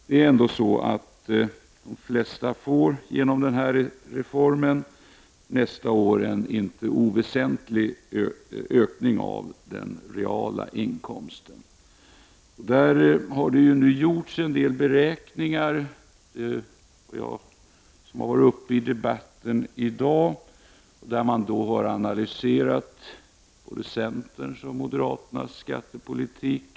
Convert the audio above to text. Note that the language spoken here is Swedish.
Genom denna reform får ändå de flesta nästa år en inte oväsentlig höjning av den reala inkomsten. Det har gjorts en del beräkningar som har analyserat både centerns och moderaternas skattepolitik.